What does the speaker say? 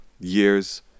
years